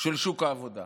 של שוק העבודה.